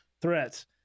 threats